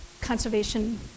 conservation